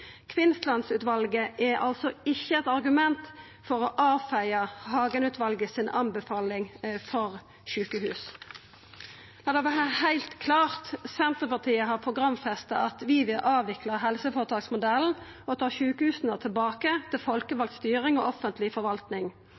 Kvinnsland-utvalet er altså ikkje eit argument for å avfeia Hagen-utvalet si anbefaling for sjukehus. La det vera heilt klart: Senterpartiet har programfesta at vi vil avvikla helseføretaksmodellen og ta sjukehusa tilbake til folkevald styring og offentleg